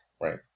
right